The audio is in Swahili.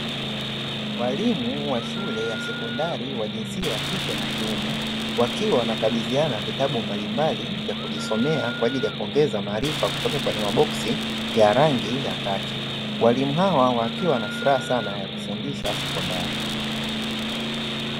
Walimu wa shule ya sekondari wa jinsia ya kike na ya kiume, wakiwa wanakabidhiana vitabu mbalimbali vya kujisomea kwaajili ya kujiongezea maarifa kutoka kwenye maboksi ya rangi ya kaki, walimu hawa wakiwa wana furaha sana ya kufundisha sekondari.